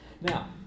Now